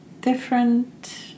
different